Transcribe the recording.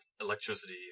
electricity